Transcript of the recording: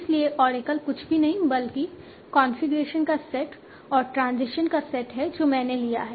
इसलिए ओरेकल कुछ भी नहीं बल्कि कॉन्फ़िगरेशन का सेट और ट्रांजिशन का सेट है जो मैंने लिया है